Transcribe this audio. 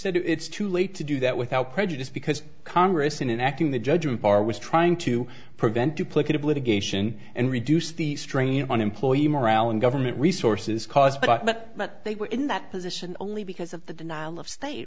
said it's too late to do that without prejudice because congress in an acting the judgment bar was trying to prevent duplicate of litigation and reduce the strain on employee morale in government resources cause but they were in that position only because of the denial of state